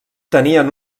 tenien